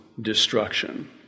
destruction